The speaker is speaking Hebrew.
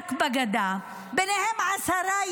רק בגדה, ובהם עשרה ילדים,